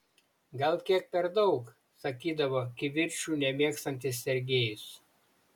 gal kiek per daug sakydavo kivirčų nemėgstantis sergejus